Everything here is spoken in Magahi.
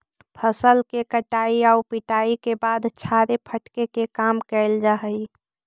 फसल के कटाई आउ पिटाई के बाद छाड़े फटके के काम कैल जा हइ